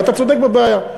ואתה צודק בבעיה.